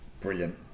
brilliant